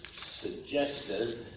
suggested